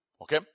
Okay